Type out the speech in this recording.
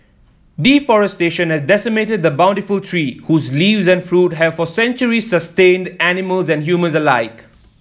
deforestation has decimated the bountiful tree whose leaves and fruit have for centuries sustained animals and humans alike